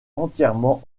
entièrement